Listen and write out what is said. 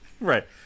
Right